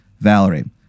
Valerie